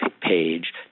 page